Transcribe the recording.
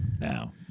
Now